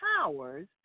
powers